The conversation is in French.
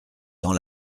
dans